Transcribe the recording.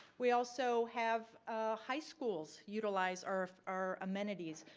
we also have high schools utilize our our amenities.